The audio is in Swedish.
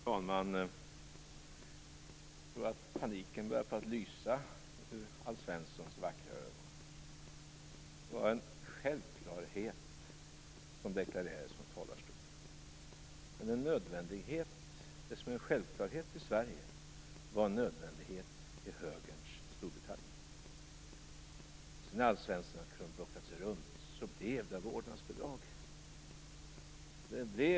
Fru talman! Jag tror att paniken börjar lysa ur Alf Svenssons vackra ögon. Men det var en självklarhet som deklarerades från talarstolen. Det som är en självklarhet i Sverige var en nödvändighet i Högerns När Alf Svensson hade krumbuktat sig runt blev det vårdnadsbidrag.